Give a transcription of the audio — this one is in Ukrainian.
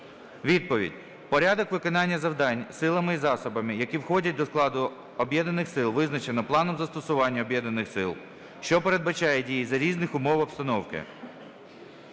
Відповідь. Порядок виконання завдань силами і засобами, які входять до складу Об'єднаних сил, визначено планом застосування Об'єднаних сил, що передбачає дії за різних умов обстановки.